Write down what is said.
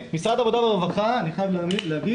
אני חייב לומר